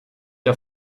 der